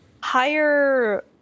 higher